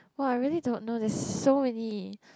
!wah! I really don't know there's so many